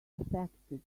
affected